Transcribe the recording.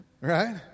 Right